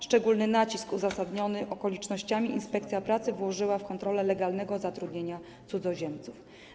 Szczególny nacisk, uzasadniony okolicznościami, inspekcja pracy włożyła w kontrolę legalności zatrudniania cudzoziemców.